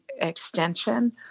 extension